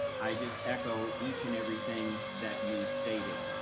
i just echo each and everything that you stated.